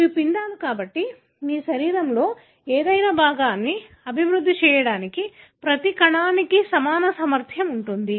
ఇవి పిండాలు కాబట్టి మీ శరీరంలోని ఏదైనా భాగాన్ని అభివృద్ధి చేయడానికి ప్రతి కణానికి సమాన సామర్థ్యం ఉంటుంది